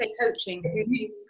coaching